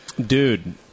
Dude